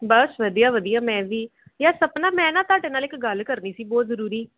ਬਸ ਵਧੀਆ ਵਧੀਆ ਮੈਂ ਵੀ ਯਾਰ ਸਪਨਾ ਮੈਂ ਨਾ ਤੁਹਾਡੇ ਨਾਲ ਇੱਕ ਗੱਲ ਕਰਨੀ ਸੀ ਬਹੁਤ ਜ਼ਰੂਰੀ